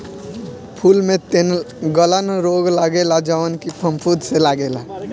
फूल में तनगलन रोग लगेला जवन की फफूंद से लागेला